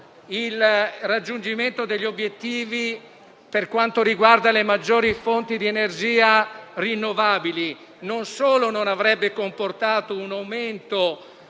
il raggiungimento degli obiettivi per quanto riguarda le maggiori fonti di energia rinnovabili; non solo non avrebbe comportato un aumento